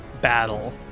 battle